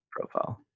profile